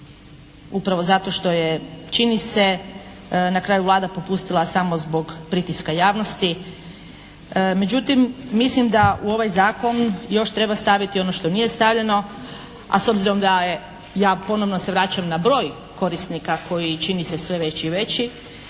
upravo zato što je čini se na kraju Vlada popustila samo zbog pritiska javnosti. Međutim mislim da u ovaj zakon još treba staviti ono što nije stavljeno, a s obzirom da je, ja ponovo se vraćam na broj korisnika koji čini se sve veći i veći